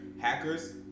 Hackers